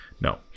no